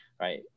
right